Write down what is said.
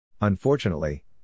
Unfortunately